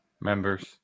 members